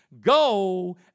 Go